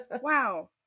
Wow